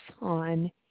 on